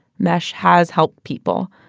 mesh has helped people.